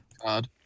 card